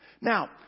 Now